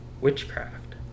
witchcraft